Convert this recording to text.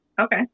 Okay